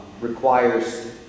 requires